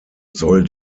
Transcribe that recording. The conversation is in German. soll